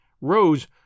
Rose